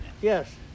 Yes